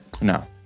No